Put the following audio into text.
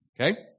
Okay